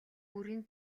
бүрийн